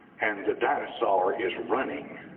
and the dinosaur is running